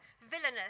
villainous